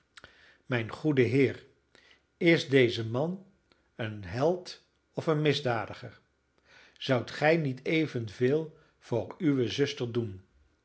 mijn goede heer is deze man een held of een misdadiger zoudt gij niet evenveel voor uwe zuster doen